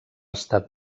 estat